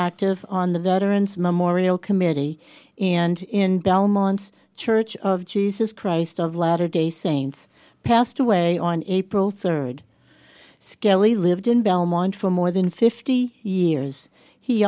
active on the veterans memorial committee and in belmont church of jesus christ of latter day saints passed away on april third skelly lived in belmont for more than fifty years he